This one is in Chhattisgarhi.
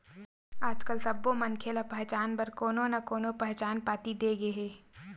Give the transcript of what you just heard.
आजकाल सब्बो मनखे ल पहचान बर कोनो न कोनो पहचान पाती दे गे हे